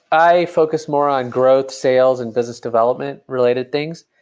i focus more on growth sales and business development related things,